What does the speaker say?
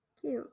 cute